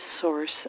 source